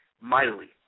mightily